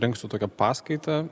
rinksiu tokią paskaitą